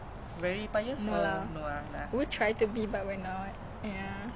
astaga I never heard